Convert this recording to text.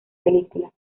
película